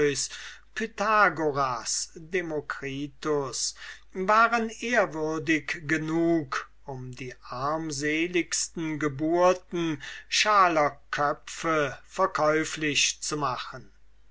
pytagoras demokritus waren ehrwürdig genug um die armseligsten geburten schaler köpfe verkäuflich zu machen